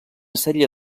sèrie